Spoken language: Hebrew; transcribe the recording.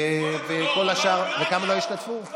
כמה לא השתתפו?